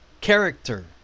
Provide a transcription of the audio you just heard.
character